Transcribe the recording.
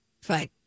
Fine